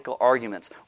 Arguments